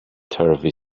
turvy